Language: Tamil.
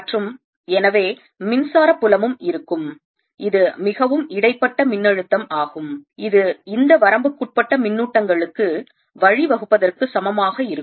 மற்றும் எனவே மின்சார புலமும் இருக்கும் இது மிகவும் இடைப்பட்ட மின்னழுத்தம் ஆகும் இது இந்த வரம்புக்குட்பட்ட மின்னூட்டங்களுக்கு வழி வகுப்பதற்கு சமமாக இருக்கும்